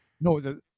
No